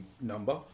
number